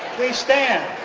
please stand.